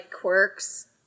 quirks